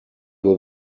will